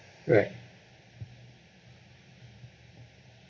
right